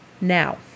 now